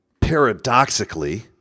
paradoxically